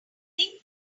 think